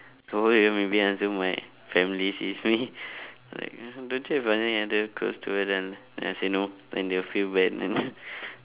over here maybe until my family sees me like don't you have any other clothes to wear then then I say no then they'll feel bad then